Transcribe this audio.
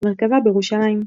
ומרכזה בירושלים.